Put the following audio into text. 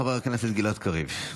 חבר הכנסת גלעד קריב.